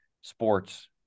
sports